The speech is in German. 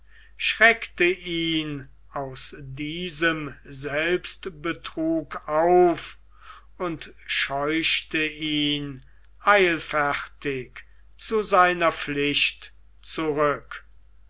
schreckte ihn aus diesem selbstbetrug auf und scheuchte ihn eilfertig zu seiner pflicht zurück